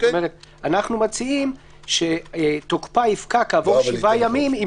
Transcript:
אנחנו מציעים שתוקפה יפקע כעבור 7 ימים אם